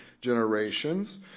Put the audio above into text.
generations